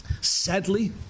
Sadly